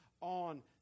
on